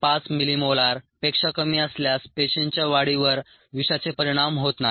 5 millimolar पेक्षा कमी असल्यास पेशींच्या वाढीवर विषाचे परिणाम होत नाही